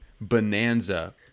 bonanza